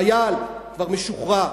החייל כבר משוחרר,